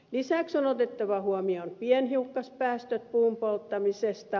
lisäksi on otettava huomioon pienhiukkaspäästöt puun polttamisesta